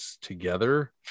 together